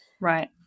Right